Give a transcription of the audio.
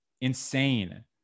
insane